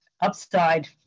upside